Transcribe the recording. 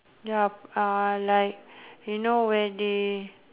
ya uh like you know where they